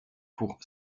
pour